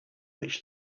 which